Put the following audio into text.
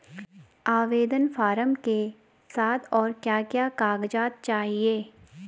आवेदन फार्म के साथ और क्या क्या कागज़ात चाहिए?